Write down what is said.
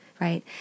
right